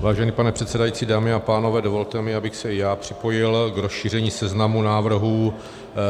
Vážený pane předsedající, dámy a pánové, dovolte mi, abych se i já připojil k rozšíření seznamu návrhů